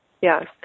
Yes